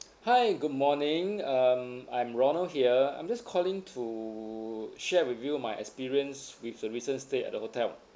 hi good morning um I'm ronald here I'm just calling to share with you my experience with the recent stay at the hotel